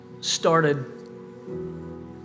started